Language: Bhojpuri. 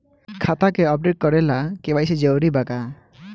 खाता के अपडेट करे ला के.वाइ.सी जरूरी बा का?